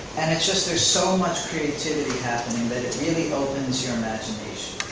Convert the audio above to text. and it's just there's so much creativity happening that it really opens your imagination.